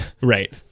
Right